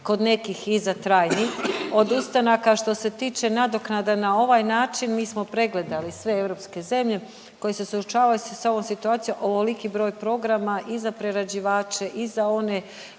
kod neki i za trajni odustanak. A što se tiče nadoknada na ovaj način, mi smo pregledali sve europske zemlje koje se suočavaju s ovom situacijom. Ovoliki broj programa i za prerađivače i za one